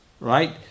right